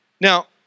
Now